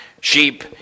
Sheep